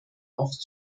auf